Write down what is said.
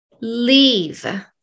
leave